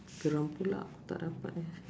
geram pula tak dapat eh